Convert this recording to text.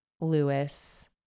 Lewis